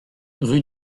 rue